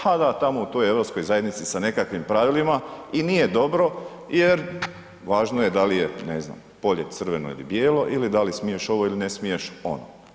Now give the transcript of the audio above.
Ha da, tamo u toj Europskoj zajednici sa nekakvim pravilima i nije dobro jer važno je da li je ne znam polje crveno ili bijelo ili da li smiješ ovo ili ne smiješ ono.